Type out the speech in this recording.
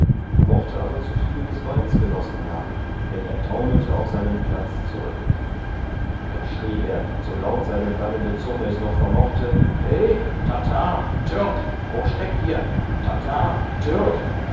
mochte aber zu viel des weins genossen haben denn er taumelte auf seinen platz zurück da schrie er so laut seine lallende zunge es noch vermochte he tartar türk wo steckt ihr tartar türk